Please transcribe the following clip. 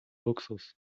luxus